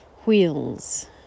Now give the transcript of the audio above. wheels